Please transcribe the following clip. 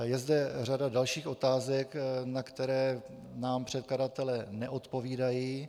Je zde řada dalších otázek, na které nám předkladatelé neodpovídají.